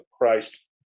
Christ